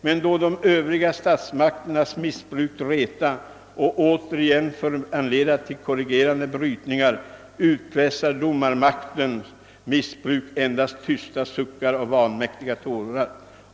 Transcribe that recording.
——— Men då de öfriga Statsmagternas missbruk reta, och derigenom föranleda till corrigerande brytningar, utprässar Domare-magtens missbruk endast tysta suckar och vanmägtiga tårar.